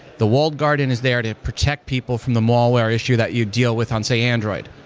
the walled garden is there to protect people from the malware issue that you deal with on, say, android.